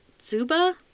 Zuba